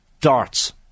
darts